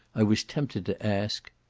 i was tempted to ask,